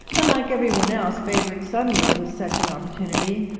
and, like everyone else favoured suddenly with such an opportunity,